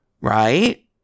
Right